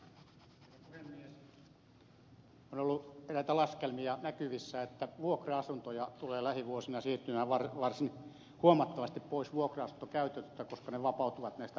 on ollut eräitä laskelmia näkyvissä että vuokra asuntoja tulee lähivuosina siirtymään varsin huomattavasti pois vuokra asuntokäytöstä koska ne vapautuvat näistä rajoituksista